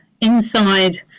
inside